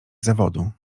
zawodu